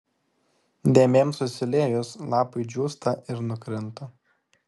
dėmėms susiliejus lapai džiūsta ir nukrinta